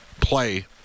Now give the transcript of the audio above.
play